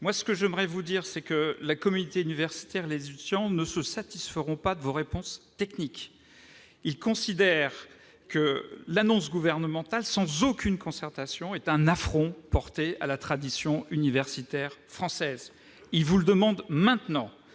pour le Gouvernement. La communauté universitaire et les étudiants ne se satisferont pas de vos réponses techniques. Ils considèrent que l'annonce gouvernementale, sans aucune concertation, est un affront porté à la tradition universitaire française. Ils vous demandent maintenant